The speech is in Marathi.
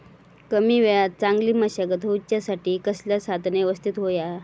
कमी वेळात चांगली मशागत होऊच्यासाठी कसला साधन यवस्तित होया?